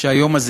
שהיום הזה